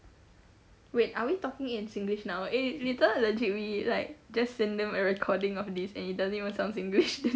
wait are we talking in singlish now eh later legit we like just send them a recording of this and it doesn't even sound singlish